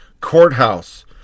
courthouse